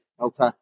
Okay